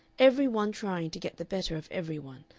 every one trying to get the better of every one,